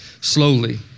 slowly